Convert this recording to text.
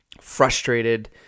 frustrated